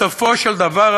בסופו של דבר,